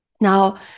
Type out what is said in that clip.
Now